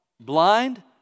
blind